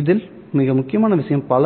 இதில் மிக முக்கியமான விஷயம் பல